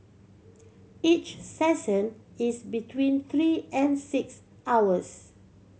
each session is between three and six hours